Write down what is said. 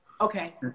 Okay